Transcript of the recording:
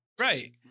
Right